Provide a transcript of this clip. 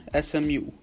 SMU